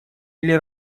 или